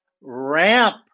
Ramp